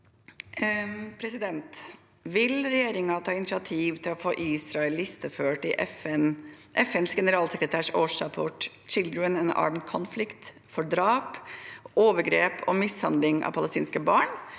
Vil regjeringen ta ini- tiativ til å få Israel listeført i FNs generalsekretærs årsrapport «Children and Armed Conflict», for drap, overgrep og mishandling av palestinske barn,